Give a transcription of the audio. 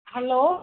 hello